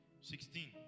Sixteen